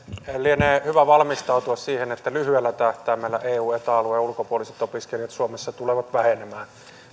lienee hyvä valmistautua siihen että lyhyellä tähtäimellä eu ja eta alueiden ulkopuoliset opiskelijat suomessa tulevat vähenemään